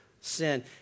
sin